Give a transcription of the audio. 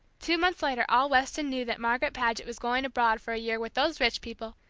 two months later all weston knew that margaret paget was going abroad for a year with those rich people,